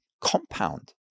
compound